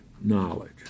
knowledge